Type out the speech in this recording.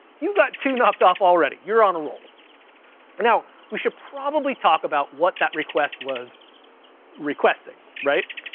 you got two knocked off already. you're on a roll now. we should probably talk about what that request was requesting, right?